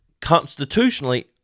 constitutionally